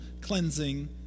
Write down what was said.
cleansing